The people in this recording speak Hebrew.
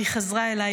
היא חזרה אליי,